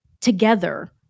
together